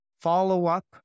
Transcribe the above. follow-up